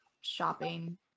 shopping